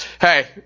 Hey